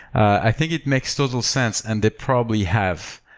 i think it makes total sense and they probably have.